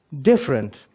different